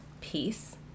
peace